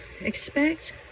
expect